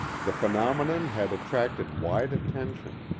the phenomenon had attracted wide attention,